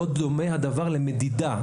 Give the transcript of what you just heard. לא דומה הדבר למדידה.